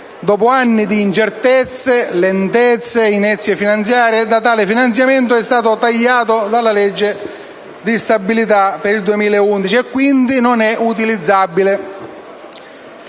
dopo anni di incertezze, lentezze, inerzie finanziarie, tale finanziamento è stato tagliato dalla legge di stabilità per il 2011 e quindi non è utilizzabile.